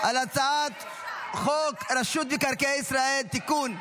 על הצעת חוק רשות מקרקעי ישראל (תיקון,